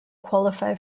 qualify